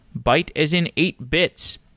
byte as in eight bytes.